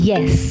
Yes